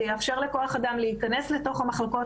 זה יאפשר לכוח אדם להיכנס לתוך המחלקות